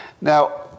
Now